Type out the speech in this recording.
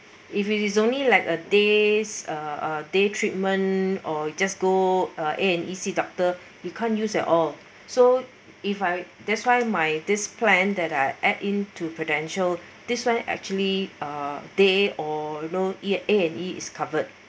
if it is only like a day's uh day treatment or just go A&E see doctor you can't use at all so if I that's why my this plan that I add into Prudential this one actually uh day or you know A&E is covered